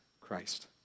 Christ